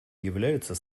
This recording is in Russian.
являются